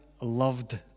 loved